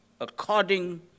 according